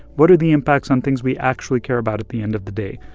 what are the impacts on things we actually care about at the end of the day?